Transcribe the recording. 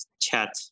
chat